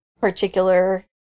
particular